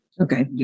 Okay